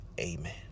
Amen